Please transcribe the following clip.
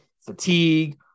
fatigue